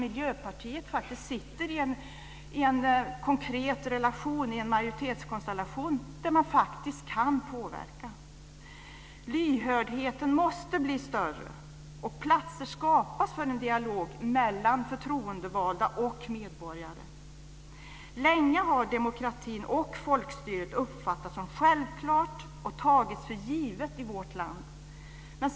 Miljöpartiet sitter faktiskt i en konkret relation, en majoritetskonstellation där man kan påverka. Lyhördheten måste bli större, och platser måste skapas för en dialog mellan förtroendevalda och medborgare. Länge har demokrati och folkstyre uppfattats som självklart och tagits för givet i vårt land.